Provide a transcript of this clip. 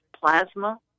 plasma